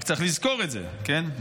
רק צריך לזכור את זה, כן?